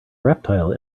reptile